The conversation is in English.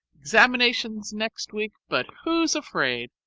examinations next week, but who's afraid?